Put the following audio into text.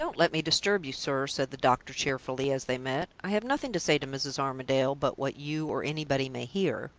don't let me disturb you, sir, said the doctor, cheerfully, as they met. i have nothing to say to mrs. armadale but what you or anybody may hear.